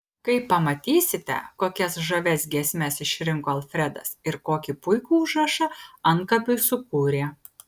kai pamatysite kokias žavias giesmes išrinko alfredas ir kokį puikų užrašą antkapiui sukūrė